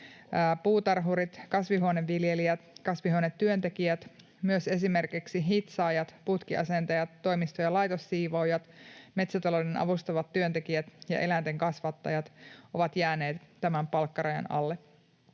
puutarhurit, kasvihuoneviljelijät, kasvihuonetyöntekijät. Myös esimerkiksi hitsaajat, putkiasentajat, toimisto- ja laitossiivoojat, metsätalouden avustavat työntekijät ja eläinten kasvattajat ovat jääneet tämän palkkarajan alle.